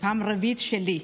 הרביעית שלי.